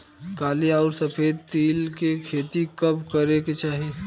काली अउर सफेद तिल के खेती कब करे के चाही?